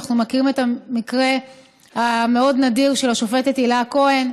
אנחנו מכירים את המקרה המאוד-נדיר של השופטת הילה כהן,